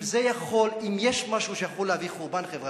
אם יש משהו שיכול להביא חורבן חברתי,